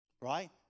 Right